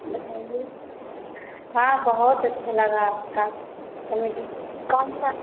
बताइए हाँ बहुत अच्छा लगा आपका कमेडी कौन सा